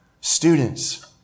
Students